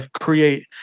create